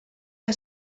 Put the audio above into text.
que